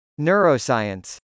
Neuroscience